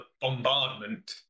bombardment